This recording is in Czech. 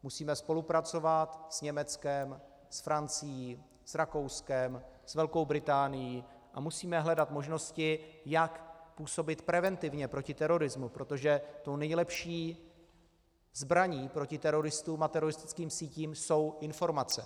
Musíme spolupracovat s Německem, Francií, Rakouskem, Velkou Británií a musíme hledat možnosti, jak působit preventivně proti terorismu, protože tou nejlepší zbraní proti teroristům a teroristickým sítím jsou informace.